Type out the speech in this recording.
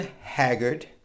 haggard